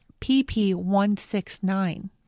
pp169